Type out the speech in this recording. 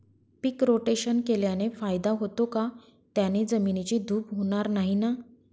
पीक rotation केल्याने फायदा होतो का? त्याने जमिनीची धूप होणार नाही ना?